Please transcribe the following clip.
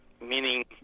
meaning